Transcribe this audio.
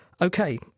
Okay